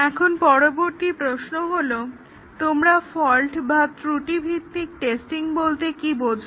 এখন পরবর্তী প্রশ্ন হলো তোমরা ফল্ট বা ত্রুটি ভিত্তিক টেস্টিং বলতে কী বোঝো